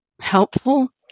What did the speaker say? helpful